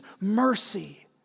mercy